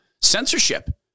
censorship